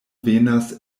venas